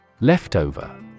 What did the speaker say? Leftover